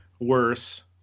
worse